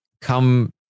come